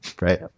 Right